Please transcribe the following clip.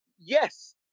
Yes